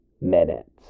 minutes